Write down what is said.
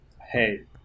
Hey